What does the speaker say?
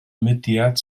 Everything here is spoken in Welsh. mudiad